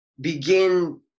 begin